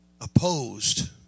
opposed